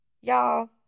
Y'all